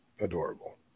Adorable